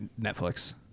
netflix